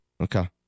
Okay